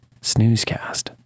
snoozecast